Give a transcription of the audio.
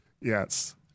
yes